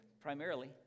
primarily